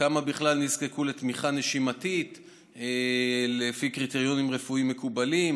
כמה בכלל נזקקו לתמיכה נשימתית לפי קריטריונים רפואיים מקובלים?